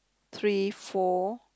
three four